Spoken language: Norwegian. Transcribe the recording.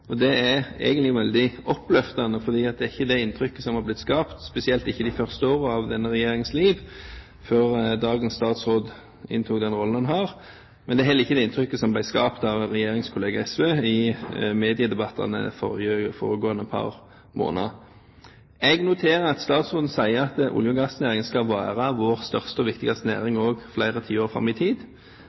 Det er egentlig veldig oppløftende, for det er ikke det inntrykket som er blitt skapt – spesielt ikke de første årene av denne regjeringens liv, og før dagens statsråd inntok den rollen han har. Og det er heller ikke det inntrykket som er skapt av regjeringskollega SV i mediedebattene de foregående par månedene. Jeg noterer at statsråden sier at olje- og gassnæringen skal være vår største og viktigste næring også flere tiår fram i tid